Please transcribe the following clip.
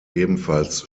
ebenfalls